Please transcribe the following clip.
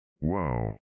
Wow